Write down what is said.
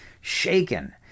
shaken